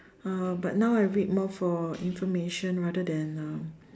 uh but now I read more for information rather than um